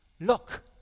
look